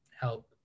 help